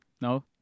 No